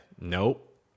nope